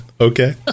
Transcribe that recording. Okay